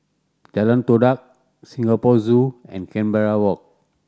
Jalan Todak Singapore Zoo and Canberra Walk